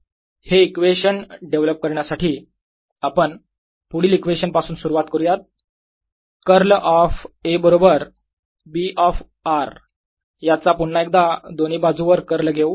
हे equation develop करण्यासाठी आपण पुढील इक्वेशन पासून सुरुवात करू या कर्ल ऑफ A बरोबर B ऑफ r याचा पुन्हा एकदा दोन्ही बाजू वर कर्ल घेऊ